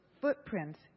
footprints